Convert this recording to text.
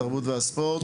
התרבות והספורט.